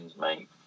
mate